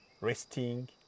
resting